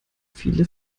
viele